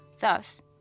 Thus